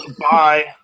bye